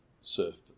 surf